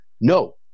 no